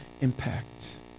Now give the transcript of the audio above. impact